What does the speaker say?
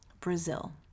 Brazil